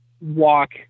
Walk